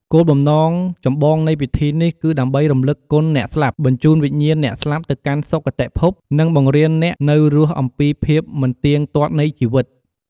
គោលបំណងចម្បងនៃពិធីនេះគឺដើម្បីរំលឹកគុណអ្នកស្លាប់ បញ្ជូនវិញ្ញាណអ្នកស្លាប់ទៅកាន់សុគតិភព និងបង្រៀនអ្នកនៅរស់អំពីភាពមិនទៀងទាត់នៃជីវិត។